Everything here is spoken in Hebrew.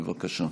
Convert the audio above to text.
בבקשה.